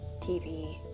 TV